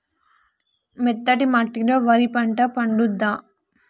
మెత్తటి మట్టిలో వరి పంట పండుద్దా?